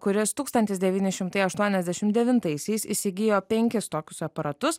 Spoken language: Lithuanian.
kuris tūkstantis devyni šimtai aštuoniasdešim devintaisiais įsigijo penkis tokius aparatus